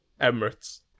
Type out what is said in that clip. Emirates